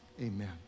amen